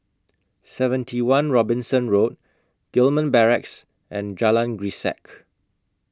seventy one Robinson Road Gillman Barracks and Jalan Grisek